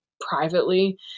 privately